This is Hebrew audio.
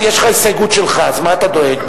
יש לך הסתייגות שלך, אז מה אתה דואג?